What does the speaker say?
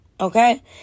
okay